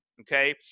okay